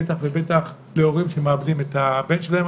בטח ובטח להורים שמאבדים את הבן שלהם,